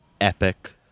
epic